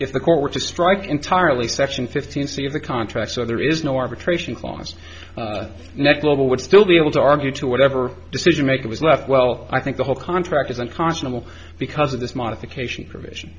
if the court were to strike entirely section fifteen c of the contract so there is no arbitration clause that global would still be able to argue to whatever decision making was left well i think the whole contract is unconscionable because of this modification provision